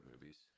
movies